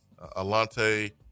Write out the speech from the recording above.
Alante